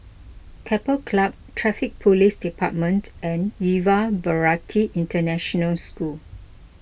Keppel Club Traffic Police Department and Yuva Bharati International School